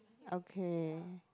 okay